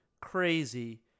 crazy